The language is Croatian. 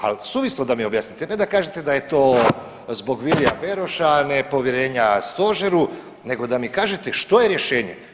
Al suvislo da mi objasnite, ne da mi kažete da je to zbog Vilija Beroša, nepovjerenja stožeru nego da mi kažete što je rješenje.